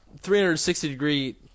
360-degree